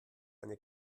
eine